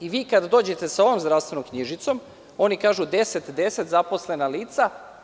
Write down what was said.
Vi kada dođete sa ovom zdravstvenom knjižicom, oni kažu 1010 zaposlena lica.